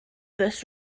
this